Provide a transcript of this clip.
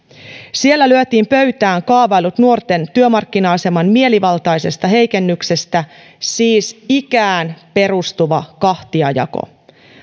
siellä lyötiin pöytään kaavailut nuorten työmarkkina aseman mielivaltaisesta heikennyksestä siis ikään perustuva kahtiajako